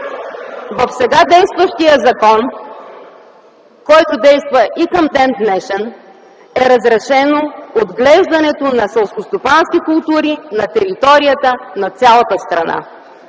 В сега действащия закон, който действа и към ден-днешен, е разрешено отглеждането на селскостопански култури на територията на цялата страна.